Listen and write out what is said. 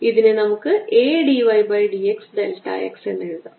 ഇതിനെ നമുക്ക് A d y by d x delta x എന്നെഴുതാം